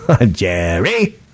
Jerry